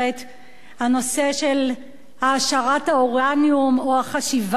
הנושא של העשרת האורניום או החשיבה שיש